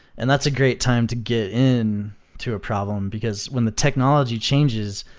and that's a great time to get in to a problem, because when the technology changes,